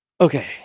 okay